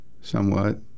somewhat